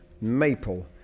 Maple